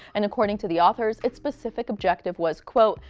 and according to the authors, it's specific objective was quote,